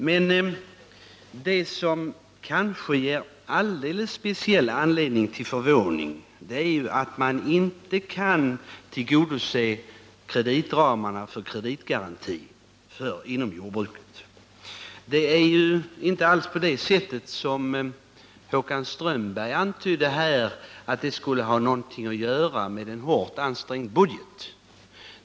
Men det som kanske ger alldeles speciell anledning till vår förvåning är att man inte kan tillgodose kreditramarna för kreditgaranti inom jordbruket. Det är inte alls på det sättet — som Håkan Strömberg antydde här — att det skulle ha någonting att göra med hårt ansträngd budget.